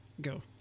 go